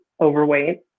overweight